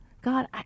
God